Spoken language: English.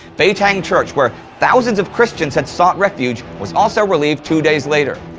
beitang church, where thousands of christians had sought refuge, was also relieved two days later.